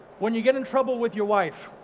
when you get in trouble with your wife,